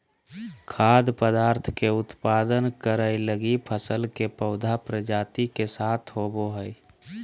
खाद्य पदार्थ के उत्पादन करैय लगी फसल के पौधा प्रजाति के साथ होबो हइ